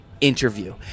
interview